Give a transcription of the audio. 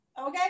okay